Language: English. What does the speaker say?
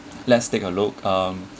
let's take a look um